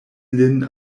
lin